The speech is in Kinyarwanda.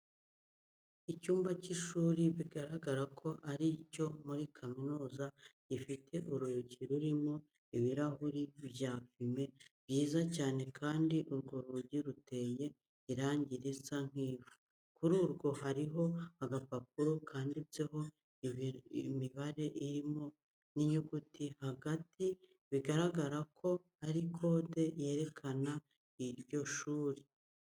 Icyumba cy'ishuri bigaragara ko ari icyo muri kaminuza gifite urugi rurimo ibirahuri bya fime byiza cyane kandi urwo rugi ruteye irangi risa nk'ivu. Kuri rwo hariho agapapuro kanditseho imibare irimo n'inyuguti hagati bigaragara ko ari kode yerekana iryo shuri.